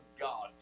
God